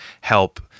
help